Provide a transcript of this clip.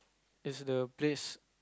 is the place